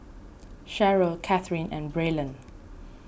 Cheryle Kathryn and Braylon